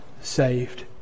saved